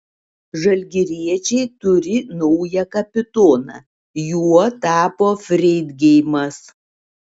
žalgiriečiai turi naują kapitoną juo tapo freidgeimas